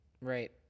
right